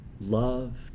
loved